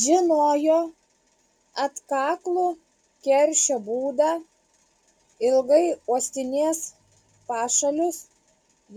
žinojo atkaklų keršio būdą ilgai uostinės pašalius